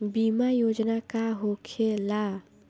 बीमा योजना का होखे ला?